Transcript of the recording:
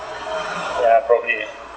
ya probably